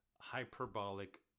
hyperbolic